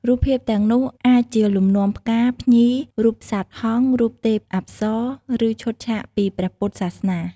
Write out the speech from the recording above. រូបភាពទាំងនោះអាចជាលំនាំផ្កា ភ្ញី រូបសត្វហង្ស រូបទេពអប្សរ ឬឈុតឆាកពីព្រះពុទ្ធសាសនា។